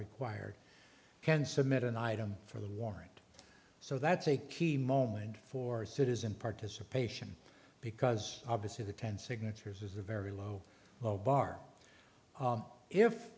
required can submit an item for the warrant so that's a key moment for citizen participation because obviously the ten signatures is a very low low bar